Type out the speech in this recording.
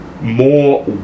more